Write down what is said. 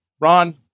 Ron